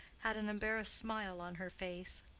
had an embarrassed smile on her face,